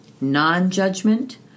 non-judgment